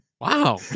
Wow